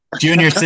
Junior